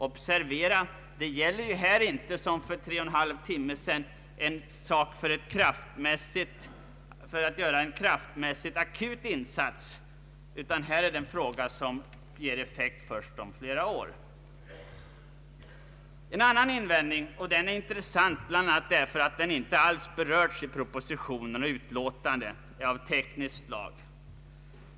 Observera att det här inte som för tre och en halv timme sedan gäller en kraftmässigt akut insats, utan här är det fråga om någonting som ger effekt först om flera år. En annan invändning är av tekniskt slag, och den är intressant bl.a. därför att den inte alls berörts i propositionen eller utlåtandet.